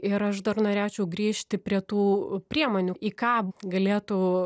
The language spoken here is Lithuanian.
ir aš dar norėčiau grįžti prie tų priemonių į ką galėtų